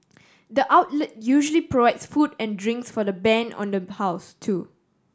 the outlet usually provides food and drinks for the band on the house too